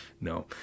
No